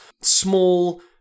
small